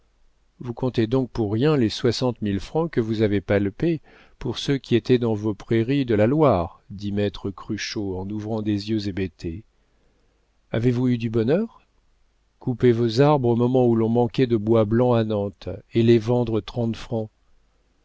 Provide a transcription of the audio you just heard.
vous comptez donc pour rien les soixante mille francs que vous avez palpés pour ceux qui étaient dans vos prairies de la loire dit maître cruchot en ouvrant des yeux hébétés avez-vous eu du bonheur couper vos arbres au moment où l'on manquait de bois blanc à nantes et les vendre trente francs